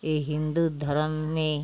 ये हिन्दू धर्म में